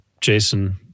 Jason